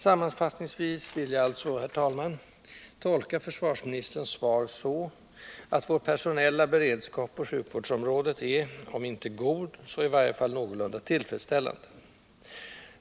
Sammanfattningsvis vill jag alltså, herr talman, tolka försvarsministerns svar så, att vår personella beredskap på sjukvårdsområdet är, om inte god så i varje fall någorlunda tillfredsställande.